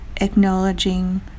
acknowledging